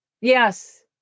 Yes